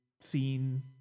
scene